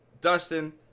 dustin